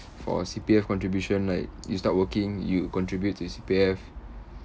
for C_P_F contribution like you start working you contribute to your C_P_F